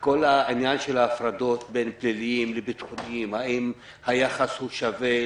לגבי כל עניין ההפרדות בין פליליים לביטחוניים - האם היחס לכולם שווה,